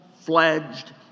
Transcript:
fledged